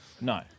No